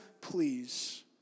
please